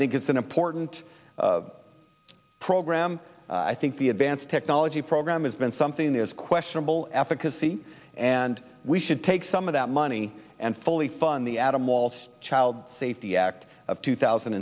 think it's an important program i think the advanced technology program has been something that is questionable efficacy and we should take some of that money and fully fund the adam walsh child safety act of two thousand